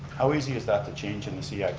how easy is that to change in the cip?